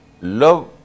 love